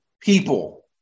people